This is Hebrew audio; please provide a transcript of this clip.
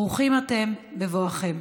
ברוכים אתם בבואכם.